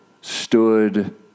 stood